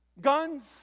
guns